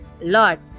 Lord